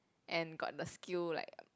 and got the skill like